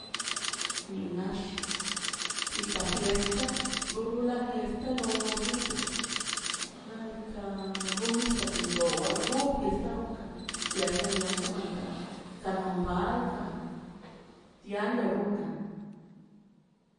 Ni nax fica fiesta du rula fiesta lo xbi to xnaꞌ diikaꞌ rum nisaꞌ tum do walo ru fiesta runkan tiel kan mandad kanam bal ka tian lo runkan.